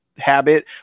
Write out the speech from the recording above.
habit